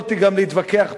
אני יכולתי גם להתווכח פה,